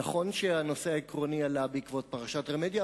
נכון שהנושא העקרוני עלה בעקבות פרשת "רמדיה",